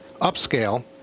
upscale